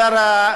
הוא היה שר,